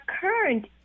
current